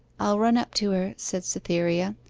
i'll run up to her said cytherea,